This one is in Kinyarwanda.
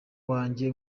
wanjye